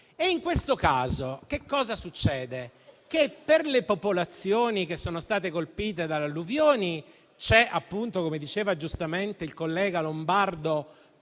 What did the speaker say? In questo caso, che cosa succede? Per le popolazioni che sono state colpite dalle alluvioni, c'è appunto, come diceva giustamente il collega Lombardo,